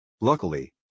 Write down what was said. Luckily